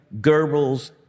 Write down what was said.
Goebbels